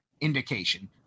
indication